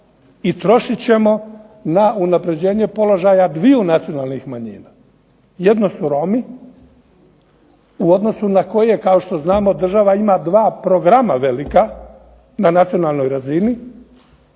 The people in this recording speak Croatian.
i trošit ćemo na unapređenje položaja dviju nacionalnih manjina. Jedno su Romi, u odnosu na koje kao što znamo država ima dva programa velika na nacionalnoj razini,